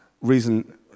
Reason